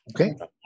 Okay